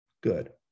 Good